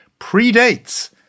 predates